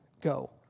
go